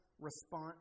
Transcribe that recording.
response